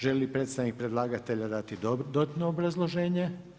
Želi li predstavnik predlagatelja dati dodatno obrazloženje?